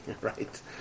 right